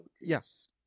yes